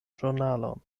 ĵurnalon